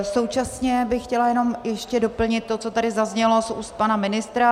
Současně bych chtěla jenom ještě doplnit to, co tady zaznělo z úst pana ministra.